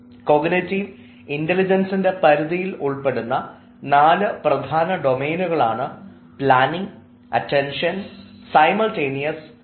cognitive ഇൻറലിജൻസിൻറെ പരിധിയിൽ ഉൾപ്പെടുന്ന നാല് പ്രധാന ഡൊമെയ്നുകളാണ് പ്ലാനിങ് അറ്റൻഷൻ സൈമൾടെനിയസ് സക്സ്സീവ്